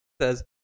says